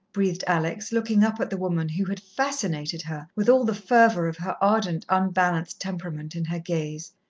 breathed alex, looking up at the woman who had fascinated her with all the fervour of her ardent, unbalanced temperament in her gaze.